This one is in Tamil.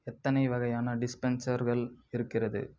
எத்தனை வகையான டிஸ்பென்சர்கள் இருக்கிறது